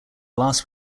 last